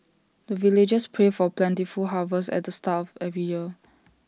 the villagers pray for plentiful harvest at the start of every year